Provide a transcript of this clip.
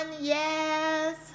Yes